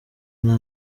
nta